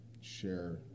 share